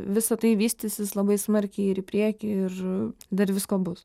visa tai vystysis labai smarkiai ir į priekį ir dar visko bus